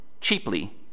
cheaply